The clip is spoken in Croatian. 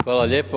Hvala lijepo.